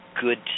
good